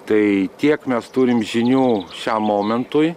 tai tiek mes turim žinių šiam momentui